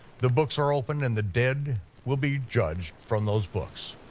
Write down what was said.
the books are open and the dead will be judged from those books.